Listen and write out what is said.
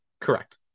Correct